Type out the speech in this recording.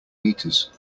meters